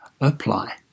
Apply